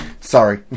sorry